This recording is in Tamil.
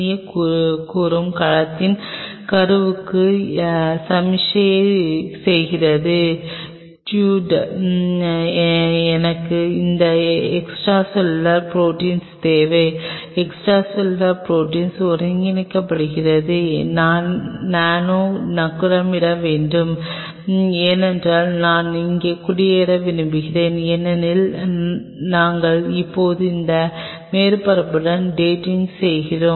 ஏவைக் கூறும் கலத்தின் கருவுக்கு சமிக்ஞை செய்கிறது டியூட் எனக்கு இந்த எக்ஸ்ட்ரா செல்லுலார் புரோட்டீன் தேவை எக்ஸ்ட்ரா செல்லுலார் புரோட்டீன் ஒருங்கிணைக்கப்பட்டு நானே நங்கூரமிட வேண்டும் ஏனென்றால் நான் இங்கே குடியேற விரும்புகிறேன் ஏனெனில் நாங்கள் இப்போது இந்த மேற்பரப்புடன் டேட்டிங் செய்கிறோம்